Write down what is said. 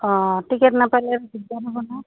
অঁ টিকেট নাপালে দিগদাৰ হ'ব ন